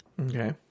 Okay